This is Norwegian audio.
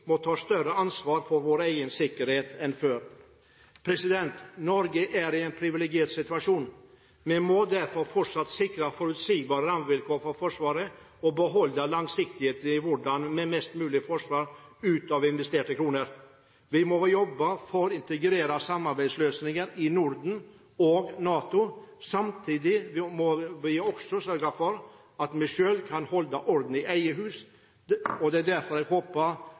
må ta større ansvar for vår egen sikkerhet enn før. Norge er i en privilegert situasjon. Vi må derfor fortsatt sikre forutsigbare rammevilkår for Forsvaret og beholde langsiktigheten når det gjelder hvordan vi får mest mulig forsvar ut av investerte kroner. Vi må jobbe for integrerte samarbeidsløsninger i Norden og i NATO. Samtidig må vi også sørge for å holde orden i eget hus. Derfor håper jeg på tverrpolitisk enighet i